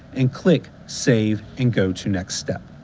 and click save and go to next step.